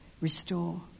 Restore